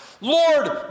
Lord